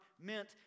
meant